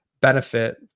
benefit